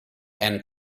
and